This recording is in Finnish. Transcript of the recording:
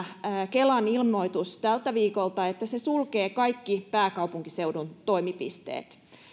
kelan ilmoitus tältä viikolta että se sulkee kaikki pääkaupunkiseudun toimipisteet